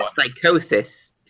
Psychosis